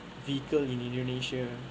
vehicle in indonesia